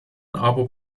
aber